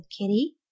Kitty